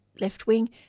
left-wing